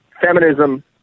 feminism